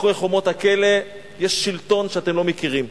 מאחורי חומות הכלא יש שלטון שאתם לא מכירים.